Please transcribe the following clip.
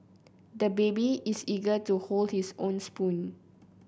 the baby is eager to hold his own spoon